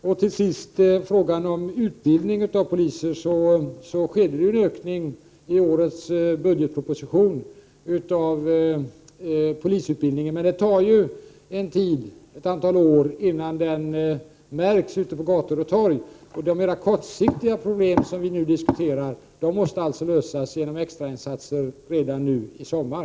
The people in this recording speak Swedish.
Vad till sist gäller frågan om utbildning av poliser skedde det en ökning i årets budgetproposition av polisutbildningen. Men det tar en tid, ett antal år, innan en sådan förbättring märks ute på gator och torg. De mera kortsiktiga problem som vi nu diskuterar måste lösas genom extrainsatser redan i sommar.